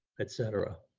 et cetera.